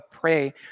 pray